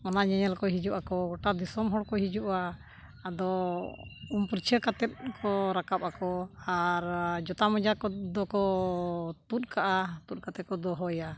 ᱚᱱᱟ ᱧᱮᱧᱮᱞ ᱠᱚ ᱦᱤᱡᱩᱜ ᱟᱠᱚ ᱜᱚᱴᱟ ᱫᱤᱥᱚᱢ ᱦᱚᱲ ᱠᱚ ᱦᱤᱡᱩᱜᱼᱟ ᱟᱫᱚ ᱩᱢ ᱯᱷᱟᱨᱪᱷᱟᱹ ᱠᱟᱛᱮᱫ ᱠᱚ ᱨᱟᱠᱟᱵ ᱟᱠᱚ ᱟᱨ ᱡᱩᱛᱟᱹ ᱢᱚᱡᱟ ᱠᱚᱫᱚ ᱠᱚ ᱛᱩᱫ ᱠᱟᱜᱼᱟ ᱛᱩᱫ ᱠᱟᱛᱮ ᱠᱚ ᱫᱚᱦᱚᱭᱟ